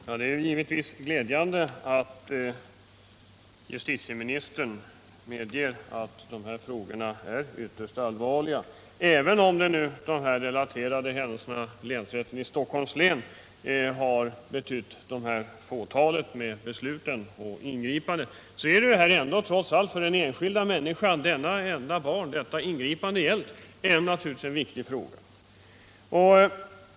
Herr talman! Det är givetvis glädjande att justitieministern medger att de här frågorna är ytterst allvarliga. Även om antalet fall exempelvis vid länsrätten i Stockholms län är mycket litet är detta trots allt ett ingripande och en viktig fråga för den enskilda människan, för det enskilda barnet.